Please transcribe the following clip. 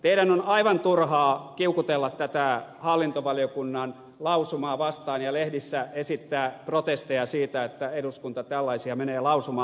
teidän on aivan turhaa kiukutella tätä hallintovaliokunnan lausumaa vastaan ja lehdissä esittää protesteja siitä että eduskunta tällaisia menee lausumaan